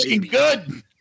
good